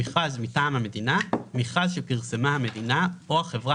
"מכרז מטעם המדינה" מכרז שפרסמה המדינה או החברה